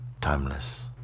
timeless